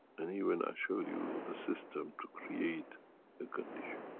and even i showed you the system to create a condition.